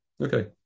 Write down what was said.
Okay